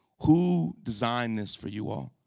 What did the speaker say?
who designed this for you all?